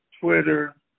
Twitter